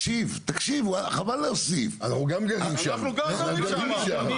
אנחנו גם גרים שם, אנחנו לא חיים בשוויץ.